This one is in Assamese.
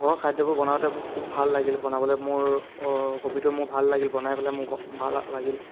ঘৰৰ খাদ্যবোৰ বনাওঁতে মোৰ খুব ভাল লাগিল বনাবলৈ মোৰ হবীটো মোৰ ভাল লাগিল বনাই পেলাই মোৰ ব ভাল লাগিল